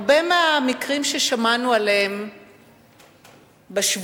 הרבה מהמקרים ששמענו עליהם בשבועות,